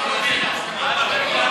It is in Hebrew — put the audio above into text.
לא הבנתי את הצעת החוק.